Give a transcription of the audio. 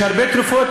יש הרבה תרופות.